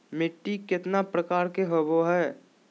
मिट्टी केतना प्रकार के होबो हाय?